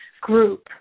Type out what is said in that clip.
group